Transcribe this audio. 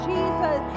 Jesus